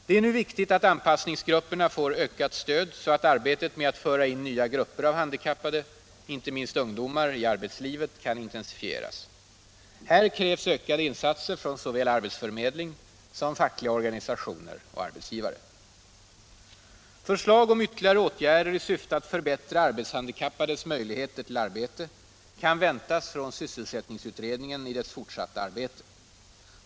Det är nu viktigt att anpassningsgrupperna får ökat stöd så att arbetet med att föra in nya grupper av handikappade, inte minst ungdomar, i arbetslivet kan intensifieras. Här krävs ökade insatser från såväl arbetsförmedling som fackliga organisationer och arbetsgivare. Förslag om ytterligare åtgärder i syfte att förbättra arbetshandikappades möjligheter till arbete kan väntas från sysselsättningsutredningen i dess fortsatta arbete.